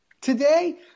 today